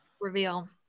reveal